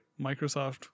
Microsoft